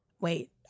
Wait